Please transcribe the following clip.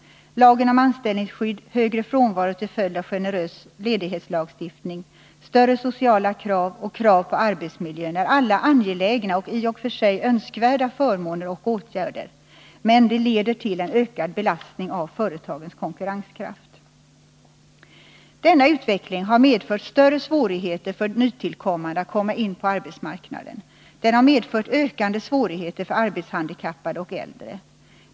Lagen om anställningsskydd, en generös ledighetslagstiftning, större sociala krav och krav på arbetsmiljön är alla angelägna och i och för sig önskvärda förmåner och krav, men de leder till en ökad belastning på företagens konkurrenskraft. Denna utveckling har medfört större svårigheter för nytillträdande att komma in på arbetsmarknaden. Den har medfört ökande svårigheter för arbetshandikappade och äldre.